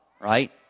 right